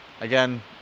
again